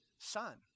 Son